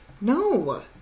No